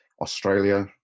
australia